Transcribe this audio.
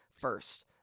first